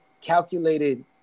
calculated